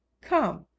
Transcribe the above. come